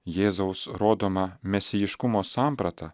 jėzaus rodoma mesijiškumo samprata